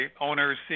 owners